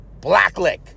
Blacklick